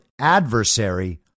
adversary